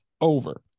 over